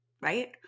right